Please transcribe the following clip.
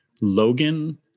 Logan